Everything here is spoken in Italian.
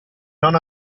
non